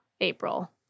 April